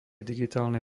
digitálnej